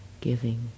giving